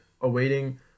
awaiting